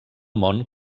món